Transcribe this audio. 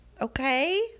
Okay